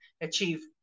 achieve